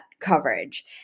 coverage